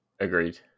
Agreed